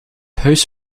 huis